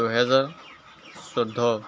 দুহেজাৰ চৈধ্য